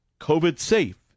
COVID-safe